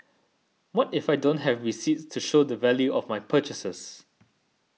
what if I don't have receipts to show the value of my purchases